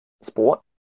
sport